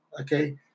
okay